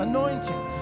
Anointing